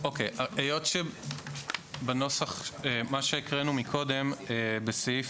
היות שבנוסח מה שהקראנו מקודם בסעיף